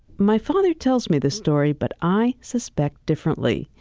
my father tells me this story but i suspect differently.